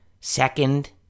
second